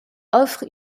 offre